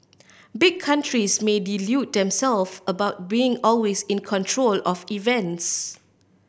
big countries may delude themself about being always in control of events